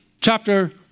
chapter